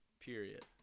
Period